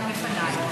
גם לפניי.